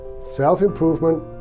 self-improvement